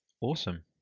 Awesome